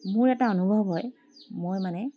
মোৰ এটা অনুভৱ হয় মই মানে